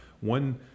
one